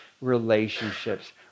relationships